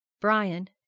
brian